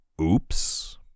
Oops